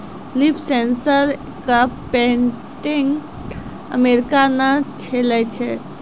Leaf sensor क patent America ने देलें छै?